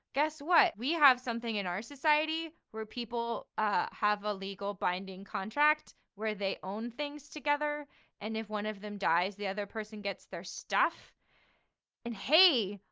guess what? we have something in our society where people ah have a legal binding contract where they own things together and if one of them dies, the other person gets their stuff and hey,